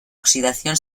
oxidación